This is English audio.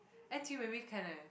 n_t_u maybe can eh